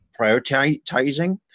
prioritizing